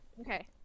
Okay